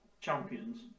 champions